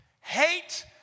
Hate